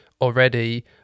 already